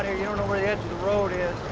here. you don't know where the edge of the road is.